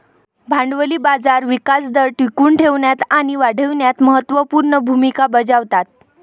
भांडवली बाजार विकास दर टिकवून ठेवण्यात आणि वाढविण्यात महत्त्व पूर्ण भूमिका बजावतात